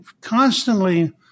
constantly